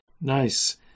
Nice